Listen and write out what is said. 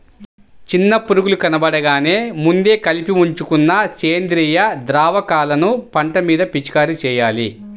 చిన్న పురుగులు కనబడగానే ముందే కలిపి ఉంచుకున్న సేంద్రియ ద్రావకాలను పంట మీద పిచికారీ చెయ్యాలి